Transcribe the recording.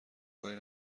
کاری